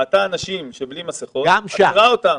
ראתה אנשים בלי מסכות ועצרה אותם.